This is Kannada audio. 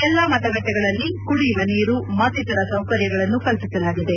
ಎಲ್ಲಾ ಮತಗಟ್ಟಿಗಳಲ್ಲಿ ಕುಡಿಯುವ ನೀರು ಮತ್ತಿತರ ಸೌಕರ್ಯಗಳನ್ನು ಕಲ್ಪಿಸಲಾಗಿದೆ